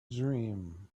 dream